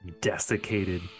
desiccated